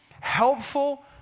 helpful